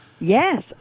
Yes